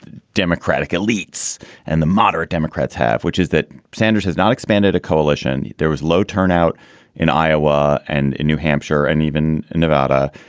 democratic elites and the moderate democrats have, which is that sanders has not expanded a coalition. there was low turnout in iowa and new hampshire and even nevada,